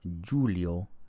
Giulio